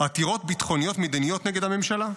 עתירות ביטחוניות-מדיניות נגד הממשלה,